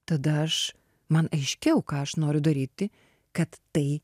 tada aš man aiškiau ką aš noriu daryti kad tai